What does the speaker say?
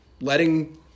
letting